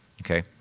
Okay